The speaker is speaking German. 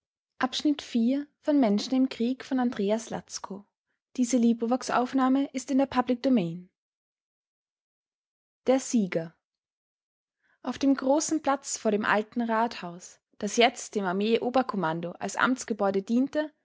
lächeln der sieger auf dem großen platz vor dem alten rathaus das jetzt dem armee oberkommando als amtsgebäude diente